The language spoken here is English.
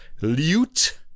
lute